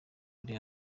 kuri